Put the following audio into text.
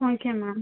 okay ma'am